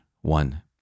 one